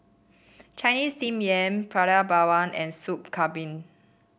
Chinese Steamed Yam Prata Bawang and Soup Kambing